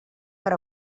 per